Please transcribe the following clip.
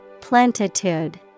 Plentitude